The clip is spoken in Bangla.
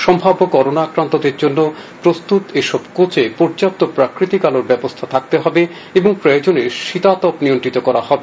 সম্ভাব্য করোনা আক্রান্তদের জন্য প্রস্তত এসব কোচে পর্যাপ্ত প্রাকৃতিক আলোর ব্যবস্থা থাকতে হবে এবং প্রয়োজনে শীততাপ নিয়ন্ত্রিত করা যাবে